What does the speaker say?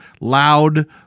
loud